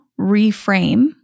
reframe